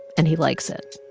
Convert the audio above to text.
and he likes it.